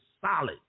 solid